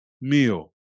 meal